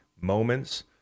moments